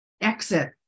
exit